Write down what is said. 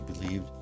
believed